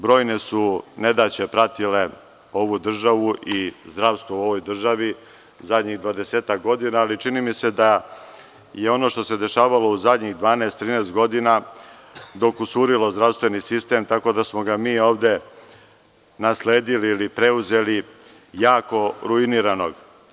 Brojne su nedaće pratile ovu državu i zdravstvo u ovoj državi zadnjih 20-ak godina, ali čini mi se da je ono što se dešavalo u poslednjih 12-13 godina dokusurilo zdravstveni sistem tako da smo ga mi ovde nasledili ili preuzeli jako ruiniranog.